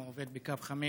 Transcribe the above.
הוא עובד בקו 5